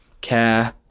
care